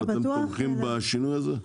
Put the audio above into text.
אתם תומכים בשינוי הזה?